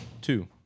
Two